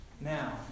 Now